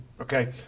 Okay